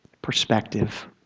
Perspective